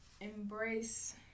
embrace